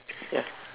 ya